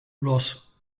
russ